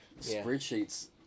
spreadsheets